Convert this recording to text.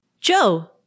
Joe